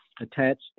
attached